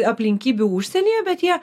aplinkybių užsienyje bet jie